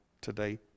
today